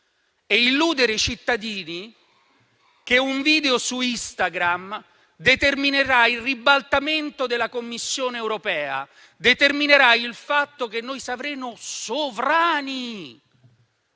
illudere i cittadini che un video su Instagram determinerà il ribaltamento della Commissione europea, determinerà il fatto che noi saremo sovrani.